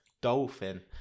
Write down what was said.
dolphin